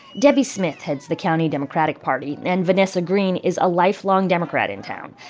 debbie smith heads the county democratic party, and vanessa green is a lifelong democrat in town.